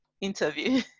interview